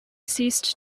ceased